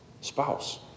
spouse